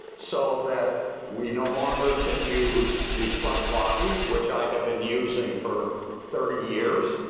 so, that we no longer can use the front lobby which i have been using for thirty years.